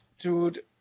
dude